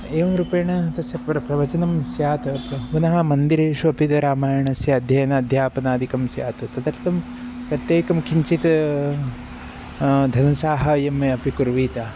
एवं रूपेण तस्य परं प्रवचनं स्यात् पुनः मन्दिरेषु अपि तद् रामायणस्य अध्ययनम् अध्यापनादिकं स्यात् तदर्थं प्रत्येकं किञ्चित् धनसहायम् अपि कुर्वीत